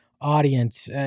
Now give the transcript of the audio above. audience